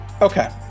Okay